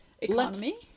Economy